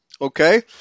Okay